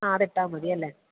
ആ അതിട്ടാൽ മതിയല്ലേ